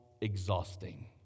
exhausting